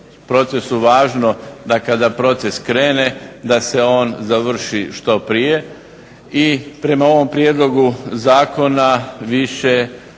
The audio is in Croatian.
procesu važno da kada proces krene da se on završi što prije. I prema ovom Prijedlogu zakona više